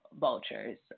vultures